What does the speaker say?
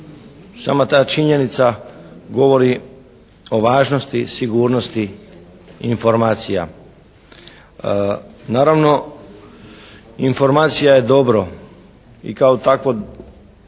Sama ta činjenica govori o važnosti sigurnosti informacija. Naravno informacija je dobro. I kao takvo,